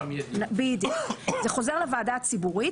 זה חוזר לוועדה הציבורית,